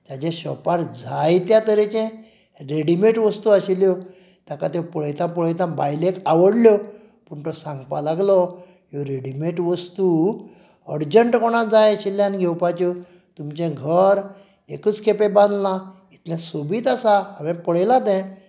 हाज्या शॉपार जायत्या तरेचें रेडीमेड वस्तू आशिल्ल्यो ताका त्यो पळयता पळयता बायलेक आवडल्यो पूण तो सांगपाक लागलो ह्यो रेडीमेड वस्तू अडजंट कोणाक जाय आशिल्ल्यान घेवपाच्यो तुमचें घर एकूच खेपे बांदला इतलें सोबीत आसा हांवें पळयलां तें